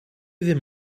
ddim